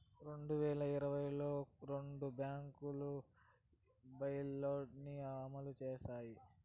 రెండు వేల ఇరవైలో రెండు బ్యాంకులు బెయిలౌట్ ని అమలు చేశాయి